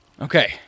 Okay